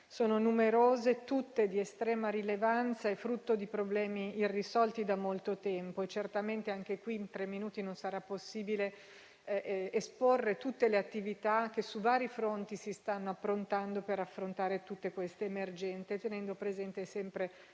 sono numerose, tutte di estrema rilevanza e frutto di problemi irrisolti da molto tempo. Certamente, anche qui, in tre minuti non sarà possibile esporre tutte le attività che, su vari fronti, si stanno approntando per affrontare tutte queste emergenze, tenendo presente sempre